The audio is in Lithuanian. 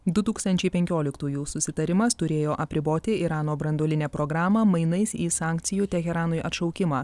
du tūkstančiai penkioliktųjų susitarimas turėjo apriboti irano branduolinę programą mainais į sankcijų teheranui atšaukimą